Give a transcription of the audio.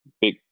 big